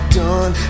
done